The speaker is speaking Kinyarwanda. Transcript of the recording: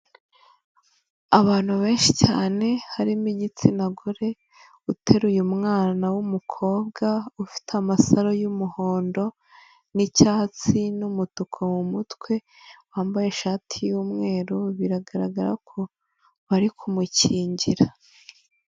Abantu benshi cyane harimo igitsina gore uteruye mwana w'umukobwa, ufite amasaro y'umuhondo n'icyatsi n'umutuku mu mutwe, wambaye ishati y'umweru, biragaragara ko bari kumukingira.